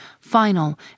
final